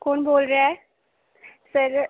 कौन बोल रेहा ऐ सर